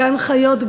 גן-חיות,